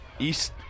East